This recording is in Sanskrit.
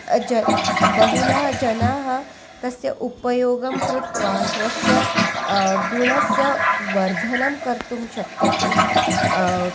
अजः बहु जनाः तस्य उपयोगं कृत्वा स्वस्य गुणस्य वर्धनं कर्तुं शक्यते